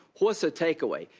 what's the takeaway?